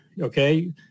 okay